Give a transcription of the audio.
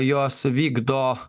jos vykdo